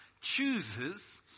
chooses